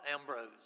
Ambrose